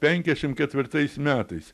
penkiašim ketvirtais metais